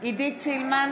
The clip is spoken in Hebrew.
עידית סילמן,